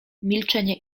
milczenie